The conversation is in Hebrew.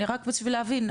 רק בשביל להבין,